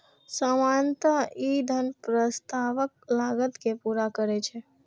सामान्यतः ई धन प्रस्तावक लागत कें पूरा करै छै